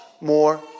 more